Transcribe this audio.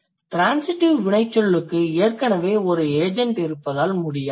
transitive வினைச்சொல்லுக்கு ஏற்கனவே ஒரு ஏஜெண்ட் இருப்பதால் முடியாது